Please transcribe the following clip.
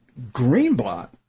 Greenblatt